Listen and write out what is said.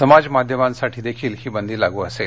समाज माध्यमांसाठी देखील ही बंदी लागू असेल